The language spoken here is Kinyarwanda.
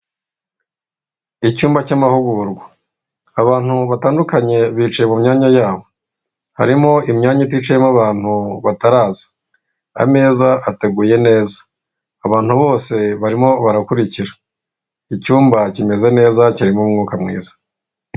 Icyumba cy'amahugurwa abantu batandukanye bicaye mu myanya yabo, harimo imyanya iticayemo abantu bataraza ameza ateguye neza, abantu bose barimo barakurikira icyumba kimeze neza kirimo umwuka mwiza.